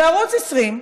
וערוץ 20,